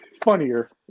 funnier